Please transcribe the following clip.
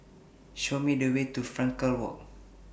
Show Me The Way to Frankel Walk